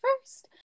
first